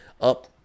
up